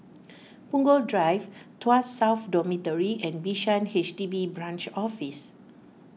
Punggol Drive Tuas South Dormitory and Bishan H D B Branch Office